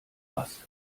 was